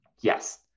Yes